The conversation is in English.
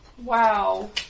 Wow